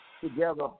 together